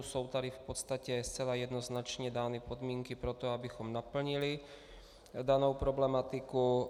Jsou tady v podstatě zcela jednoznačně dány podmínky pro to, abychom naplnili danou problematiku.